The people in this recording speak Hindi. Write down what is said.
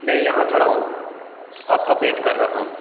मैं यहाँ खड़ा हूँ आपका बेट कर रहा हूँ